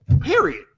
Period